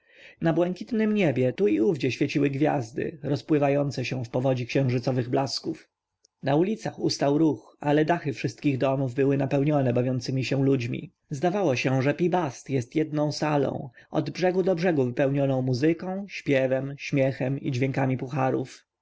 na błękitnem niebie tu i ówdzie świeciły gwiazdy rozpływające się w powodzi księżycowych blasków na ulicach ustał ruch ale dachy wszystkich domów były napełnione bawiącymi się ludźmi zdawało się że pi-bast jest jedną salą od brzegu do brzegu wypełnioną muzyką śpiewem śmiechem i dźwiękami puharów